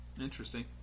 Interesting